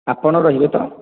ଆପଣ ରହିବେ ତ